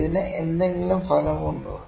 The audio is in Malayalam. ഇതിന് എന്തെങ്കിലും ഫലമുണ്ടോ